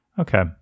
Okay